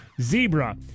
zebra